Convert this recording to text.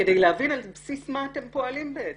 כדי להבין על בסיס מה אתם פועלים בעצם.